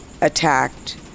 attacked